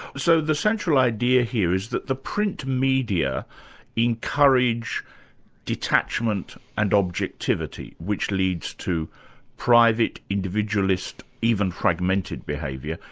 so the central idea here, is that the print media encourage detachment and objectivity, which leads to private, individualist, even fragmented behaviour.